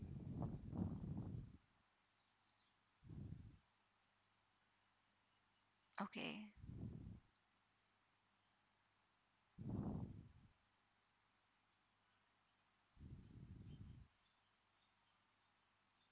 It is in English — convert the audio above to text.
okay